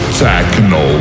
techno